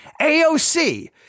AOC